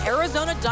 Arizona